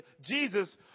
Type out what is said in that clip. Jesus